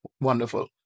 Wonderful